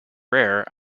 rare